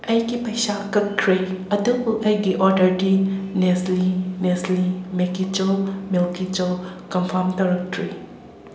ꯑꯩꯒꯤ ꯄꯩꯁꯥ ꯀꯛꯈ꯭ꯔꯦ ꯑꯗꯨꯕꯨ ꯑꯩꯒꯤ ꯑꯣꯗꯔꯗꯤ ꯅꯦꯁꯂꯤ ꯅꯦꯁꯂꯤ ꯃꯤꯜꯀꯤ ꯆꯣ ꯃꯤꯜꯀꯤ ꯆꯣ ꯀꯝꯐꯥꯔꯝ ꯇꯧꯔꯛꯇ꯭ꯔꯤ